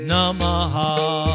Namaha